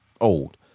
old